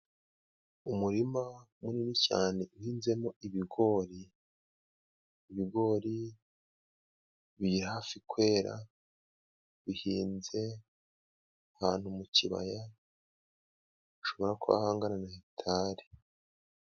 Umurima munini cyane uhinzemo ibigori, ibigori biri hafi kwera bihinze ahantu mu kibaya, hashobora kuba hangana na hegitari.